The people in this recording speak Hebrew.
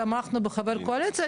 תמכנו בחבר קואליציה,